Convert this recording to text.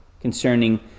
concerning